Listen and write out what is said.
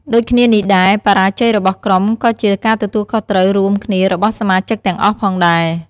ដូចគ្នានេះដែរ បរាជ័យរបស់ក្រុម ក៏ជាការទទួលខុសត្រូវរួមគ្នារបស់សមាជិកទាំងអស់ផងដែរ។